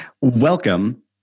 Welcome